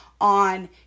on